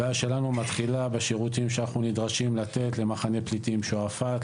הבעיה שלנו מתחילה בשירותים שאנחנו נדרשים לתת למחנה פליטים שועפט,